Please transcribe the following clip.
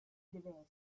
deve